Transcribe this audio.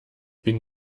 bin